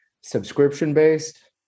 subscription-based